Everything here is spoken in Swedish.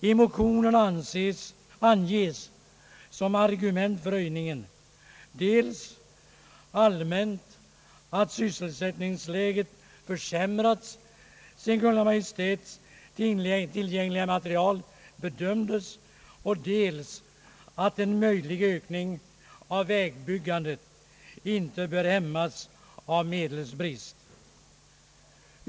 I motionen anges som argument för höjningen, dels allmänt att sysselsättningsläget försämrats sedan Kungl. Maj:ts tillgängliga material bedömdes, dels att en möjlig ökning av vägbyggandet inte bör hämmas av medelsbrist.